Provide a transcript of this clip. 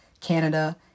Canada